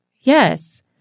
yes